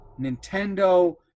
nintendo